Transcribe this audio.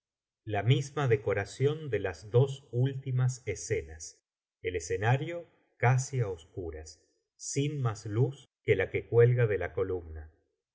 la misma decoración de las dos últimas escenas el escenario casi á oscuras sin más luz que la que cuelga de la columna